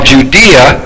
Judea